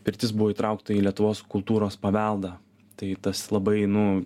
pirtis buvo įtraukta į lietuvos kultūros paveldą tai tas labai nu